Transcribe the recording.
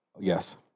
Yes